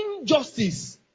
injustice